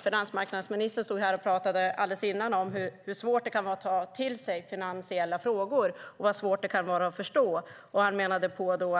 Finansmarknadsministern talade nyss om hur svårt det kan vara att ta till sig finansiella frågor. Han menade